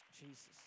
Jesus